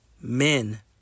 men